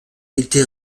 été